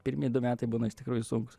pirmi du metai būna iš tikrųjų sunkūs